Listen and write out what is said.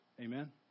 Amen